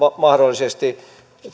mahdollisesti